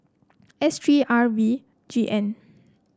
S three R V G N